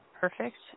Perfect